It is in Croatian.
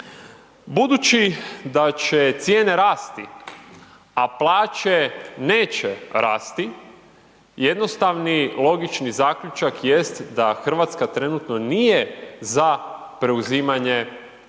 Budući da će cijene rasti, a plaće neće rasti jednostavni logični zaključak jest da Hrvatska trenutno nije za preuzimanje